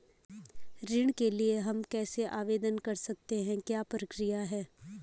ऋण के लिए हम कैसे आवेदन कर सकते हैं क्या प्रक्रिया है?